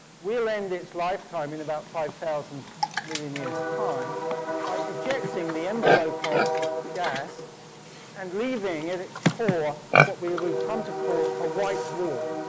will end its lifetime in about five thousand million years' time by ejecting the envelope of gas and leaving at its core what we will come to call a white dwarf.